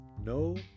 no